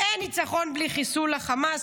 "אין ניצחון בלי חיסול החמאס".